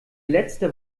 letzter